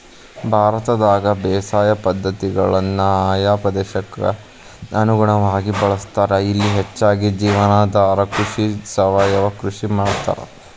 ಭಾರತದಾಗ ಬೇಸಾಯ ಪದ್ಧತಿಗಳನ್ನ ಆಯಾ ಪ್ರದೇಶಕ್ಕ ಅನುಗುಣವಾಗಿ ಬಳಸ್ತಾರ, ಇಲ್ಲಿ ಹೆಚ್ಚಾಗಿ ಜೇವನಾಧಾರ ಕೃಷಿ, ಸಾವಯವ ಕೃಷಿ ಮಾಡ್ತಾರ